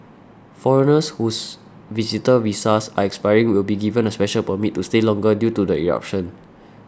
foreigners whose visitor visas are expiring will be given a special permit to stay longer due to the eruption